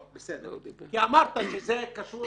טוב, בסדר, כי אמרת שזה קשור